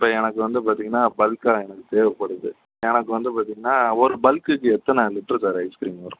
இப்போ எனக்கு வந்து பார்த்தீங்கன்னா பல்க்காக எனக்கு தேவைப்படுது எனக்கு வந்து பாத்தீங்கன்னா ஒரு பல்க்குக்கு எத்தனை லிட்ரு சார் ஐஸ்கிரீம் வரும்